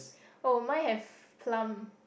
oh mine have plum